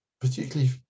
particularly